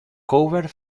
cover